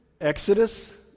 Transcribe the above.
Exodus